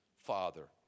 Father